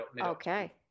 Okay